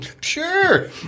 Sure